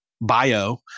bio